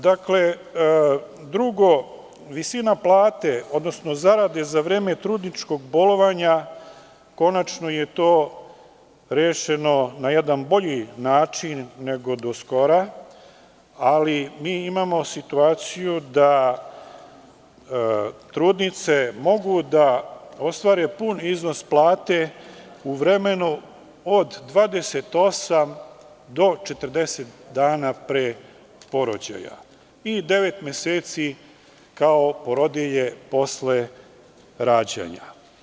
Drugo, visina plate, odnosno zarade za vreme trudničkog bolovanja, konačno je to rešeno na jedan bolji način nego do skora, ali mi imamo situaciju da trudnice mogu da ostvare pun iznos plate u vremenu od 28 do 40 dana pre porođaja i devet meseci kao porodilje posle rađanja.